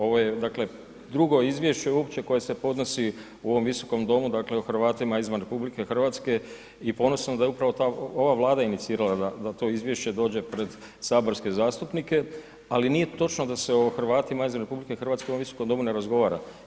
Ovo je dakle drugo izvješće uopće koje se podnosi u ovom visokom domu, dakle o Hrvatima izvan RH i ponosan da je upravo ta ova Vlada inicirala da to izvješće dođe pred saborske zastupnike, ali nije točno da se o Hrvatima izvan RH u ovom Visokom domu ne razgovara.